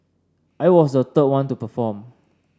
I was the third one to perform